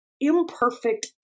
imperfect